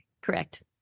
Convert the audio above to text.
Correct